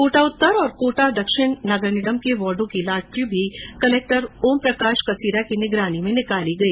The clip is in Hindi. कोटा उत्तर और कोटा दक्षिण नगर निगम के वार्डो की लॉटरी कलेक्टर ओम प्रकाश कसेरा की निगरानी में निकाली गई